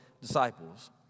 disciples